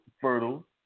fertile